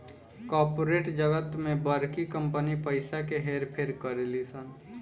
corporate जगत में बड़की कंपनी पइसा के हेर फेर करेली सन